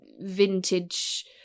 vintage